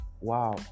wow